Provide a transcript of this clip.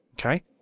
Okay